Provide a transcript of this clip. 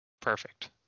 Perfect